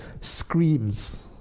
screams